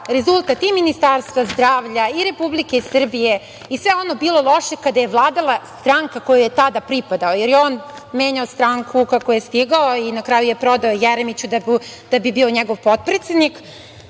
rezultat i Ministarstva zdravlja i Republike Srbije i sve ono bilo loše kada je vladala stranka kojoj je tada pripadao, jer je on menjao stranku kako je stigao i na kraju je prodao Jeremiću da bi bio njegov potpredsednik.